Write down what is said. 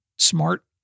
smart